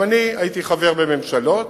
גם אני חבר בממשלות,